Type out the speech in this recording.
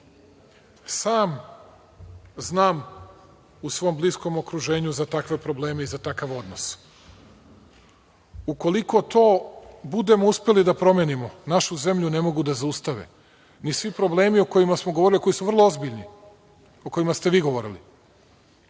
Sam znam u svom okruženju za takve probleme i za takav odnos. Ukoliko to budemo uspeli da promenimo, našu zemlju ne mogu da zaustave ni svi problemi o kojima smo govorili, a koji su vrlo ozbiljni, o kojima ste vi govorili.